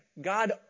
God